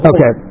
Okay